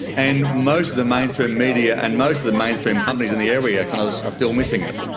and most of the mainstream media and most of the mainstream companies in the area kind of are still missing it.